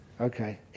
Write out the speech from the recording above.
Okay